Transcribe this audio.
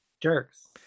jerks